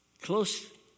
Close